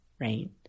right